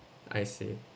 I see